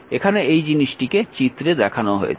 এখানে এই জিনিসটিকে চিত্রে দেখানো হয়েছে